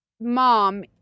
mom